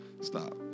stop